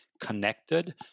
connected